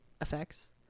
effects